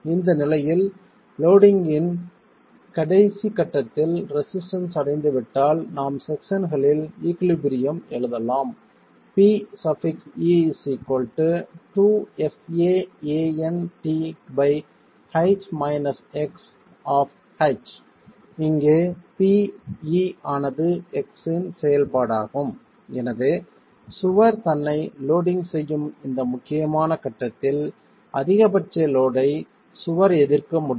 இந்த நிலையில் லோடிங் இன் கடைசி கட்டத்தில் ரெசிஸ்டன்ஸ் அடைந்து விட்டால் நாம் செக்சன் களில் ஈகுலிபிரியம் எழுதலாம் இங்கே p e ஆனது x இன் செயல்பாடாகும் எனவே சுவர் தன்னை லோடிங் செய்யும் இந்த முக்கியமான கட்டத்தில் அதிகபட்ச லோடை சுவர் எதிர்க்க முடியும்